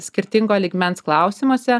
skirtingo lygmens klausimuose